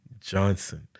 Johnson